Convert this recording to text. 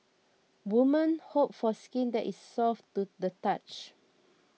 women hope for skin that is soft to the touch